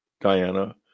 Diana